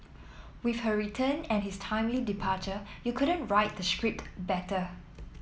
with her return and his timely departure you couldn't write the script better